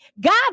God